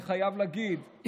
אני חייב להגיד,